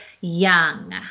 young